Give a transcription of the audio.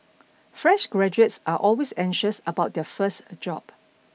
fresh graduates are always anxious about their first job